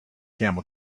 camel